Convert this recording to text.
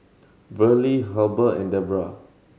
Verlie Heber and Debra